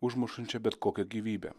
užmušančia bet kokią gyvybę